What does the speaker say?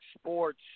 Sports